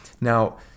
now